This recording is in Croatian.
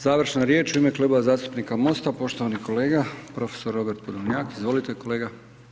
Završna riječ u ime Kluba zastupnika MOST-a poštovani kolega prof. Robert Podolnjak, izvolite kolega.